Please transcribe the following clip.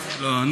לא.